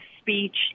speech